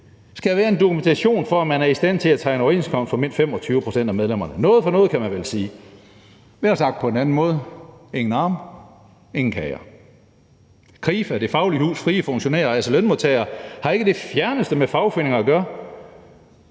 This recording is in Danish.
skal være en dokumentation for, at man er i stand til at tegne overenskomst for mindst 25 pct. af medlemmerne. Noget for noget, kan man vel sige. Eller sagt på en anden måde: Ingen arme, ingen kager. Krifa, Det Faglige Hus, Frie og Ase har ikke det fjerneste med fagforeninger at gøre.